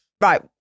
Right